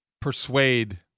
persuade